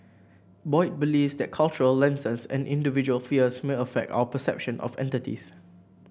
Boyd believes that cultural lenses and individual fears may affect our perception of entities